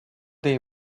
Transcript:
they